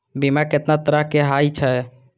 बीमा केतना तरह के हाई छै?